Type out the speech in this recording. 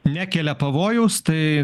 nekelia pavojaus tai